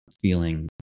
feeling